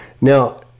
Now